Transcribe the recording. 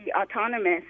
autonomous